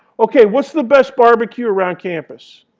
okay, what's the best barbecue around campus?